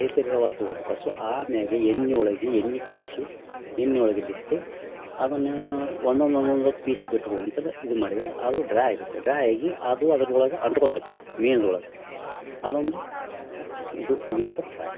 ಕೇಸರಿ ರವಾ ತಗೊಂಡ್ಕಾಸು ಆಮೇಗೆ ಎಣ್ಣಿ ಒಳಗೆ ಎಣ್ಣಿ ಕಾಸಿ ಎಣ್ಣಿ ಒಳಗೆ ಬಿಟ್ಟು ಅದನಾ ಒನೊಂದು ಒನೊಂದು ಪೀಸ್ ಬಿಟ್ಕೊಂತನ ಇದು ಮಾಡಿದ್ರ ಅದು ಡ್ರೈ ಆಗತ್ತ ಡ್ರೈ ಆಗಿ ಅದು ಅದ್ರೊಳಗೆ ಅಂಟ್ಕೋತತಿ ಮೀನ್ದೊಳಗ ಅದೊಂದು ಚಿಕ್ ಇದು ಮೀನದು ಪ್ರೈ